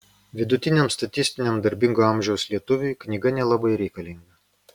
vidutiniam statistiniam darbingo amžiaus lietuviui knyga nelabai reikalinga